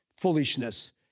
foolishness